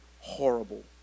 horrible